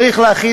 צריך להכין,